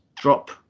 drop